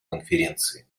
конференции